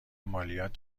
مالیات